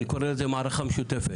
ואני קורא לזה מערכה משותפת.